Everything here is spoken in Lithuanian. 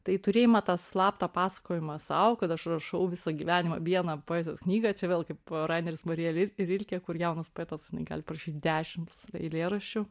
tai turėjimą tą slaptą pasakojimą sau kad aš rašau visą gyvenimą vieną poezijos knygą čia vėl kaip raineris marija rilkė kur jaunas poetas gali parašyt dešims eilėraščių